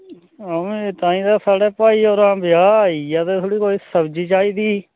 हां में ताईं ते साढ़े भाई होरे ब्याह् आई गेआ ते थोह्ड़ी कोई सब्ज़ी चाहिदी ही